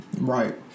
Right